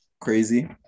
crazy